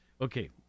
Okay